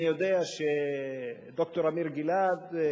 אני יודע שד"ר אמיר גילת,